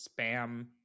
spam